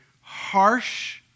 harsh